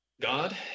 God